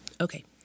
Okay